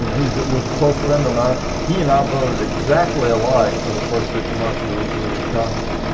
you know he is was a close friend of mine he and i voted exactly alike for the first six months we were in congress.